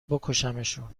بکشمشون